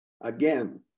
Again